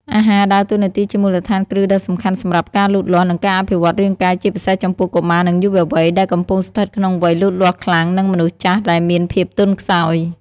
អាហារដើរតួនាទីជាមូលដ្ឋានគ្រឹះដ៏សំខាន់សម្រាប់ការលូតលាស់ និងការអភិវឌ្ឍរាងកាយ ជាពិសេសចំពោះ កុមារ និងយុវវ័យ ដែលកំពុងស្ថិតក្នុងវ័យលូតលាស់ខ្លាំងនិងមនុស្សចាស់ដែលមានភាពទន់ខ្សោយ។